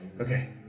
Okay